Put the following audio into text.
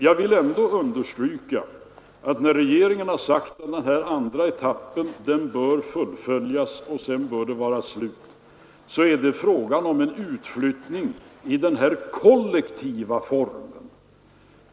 Jag vill emellertid understryka att när regeringen har sagt att denna andra etapp bör fullföljas, och sedan bör det vara slut, så är det fråga om utflyttningar i denna kollektiva form.